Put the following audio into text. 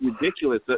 ridiculous